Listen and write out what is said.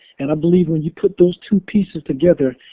and i believe when you put those two pieces together,